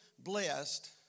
blessed